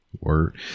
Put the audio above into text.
Word